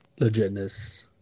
legitness